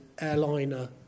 airliner